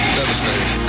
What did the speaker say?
Devastating